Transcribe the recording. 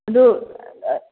ꯑꯗꯨ